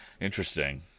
Interesting